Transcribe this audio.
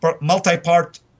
multi-part